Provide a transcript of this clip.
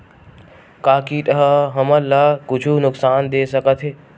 का कीट ह हमन ला कुछु नुकसान दे सकत हे?